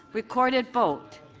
recorded vote.